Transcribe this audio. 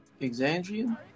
Exandria